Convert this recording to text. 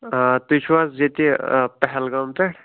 آ تُہۍ چھُو حظ ییٚتہِ پہلگام پٮ۪ٹھ